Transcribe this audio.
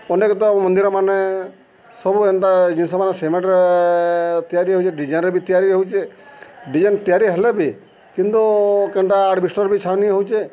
ଅନେକ୍ ତ ମନ୍ଦିରମାନେ ସବୁ ଏନ୍ତା ଜିନିଷମାନେ ସିମେଣ୍ଟ୍ରେ ତିଆରି ହଉଚେ ଡିଜାଇନ୍ରେ ବି ତିଆରି ହଉଚେ ଡିଜାଇନ୍ ତିଆରି ହେଲେ ବି କିନ୍ତୁ କେନ୍ଟା ଆଡ଼୍ବେଷ୍ଟର୍ ବି ଛାଇନି ହଉଚେ